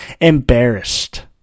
embarrassed